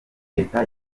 leta